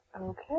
Okay